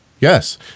Yes